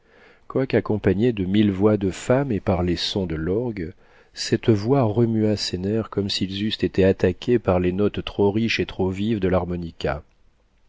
l'hiver quoiqu'accompagnée de mille voix de femmes et par les sons de l'orgue cette voix remua ses nerfs comme s'ils eussent été attaqués par les notes trop riches et trop vives de